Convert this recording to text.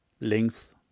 length